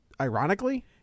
ironically